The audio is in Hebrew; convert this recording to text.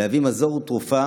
להביא מזור ותרופה